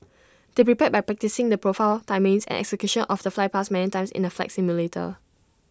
they prepared by practising the profile timings and execution of the flypast many times in the flight simulator